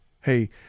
Hey